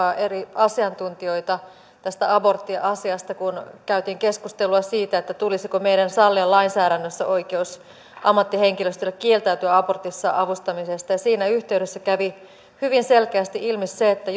eri asiantuntijoita tästä aborttiasiasta kun käytiin keskustelua siitä tulisiko meidän sallia lainsäädännössä oikeus ammattihenkilöstölle kieltäytyä abortissa avustamisesta ja siinä yhteydessä kävi hyvin selkeästi ilmi se että